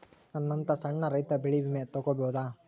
ನನ್ನಂತಾ ಸಣ್ಣ ರೈತ ಬೆಳಿ ವಿಮೆ ತೊಗೊಬೋದ?